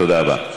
תודה רבה.